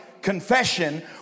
confession